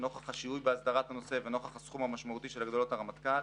נוכח השיהוי בהסדרת הנושא ונוכח הסכום המשמעותי של הגדלות הרמטכ"ל